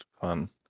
fun